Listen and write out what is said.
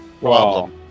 Problem